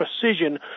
precision